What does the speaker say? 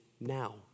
now